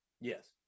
Yes